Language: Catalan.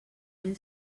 mil